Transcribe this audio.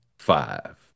Five